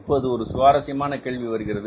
இப்போது ஒரு சுவாரஸ்யமான கேள்வி வருகிறது